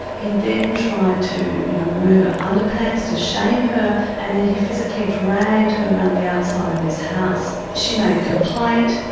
he then tried to you know remove her underpants to shame her, and then he physically dragged her around the outside of this house. she made a complaint,